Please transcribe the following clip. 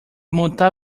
montar